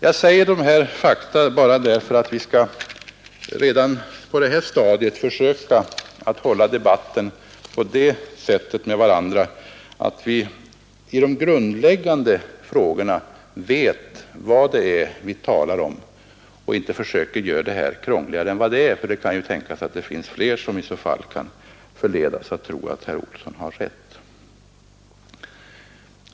Jag nämner dessa fakta enbart för att vi redan på detta stadium skall kunna föra debatten med varandra med utgångspunkt från att vi i de grundläggande frågorna vet vad vi talar om och inte försöker göra detta krångligare än det är. Det kan ju tänkas att fler kan förledas tro att herr Olsson har rätt.